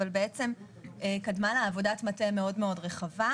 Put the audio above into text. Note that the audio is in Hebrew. אבל קדמה לה עבודת מטה מאוד רחבה.